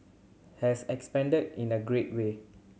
has expanded in a great way